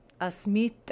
asmita